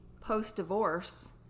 post-divorce